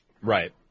Right